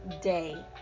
day